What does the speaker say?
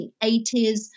1980s